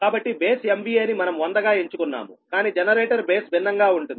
కాబట్టి base MVA ని మనం 100 గా ఎంచుకున్నాము కాని జనరేటర్ బేస్ భిన్నంగా ఉంటుంది